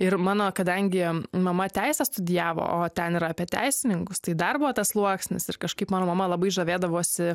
ir mano kadangi mama teisę studijavo o ten yra apie teisininkus tai dar buvo tas sluoksnis ir kažkaip mano mama labai žavėdavosi